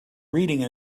reading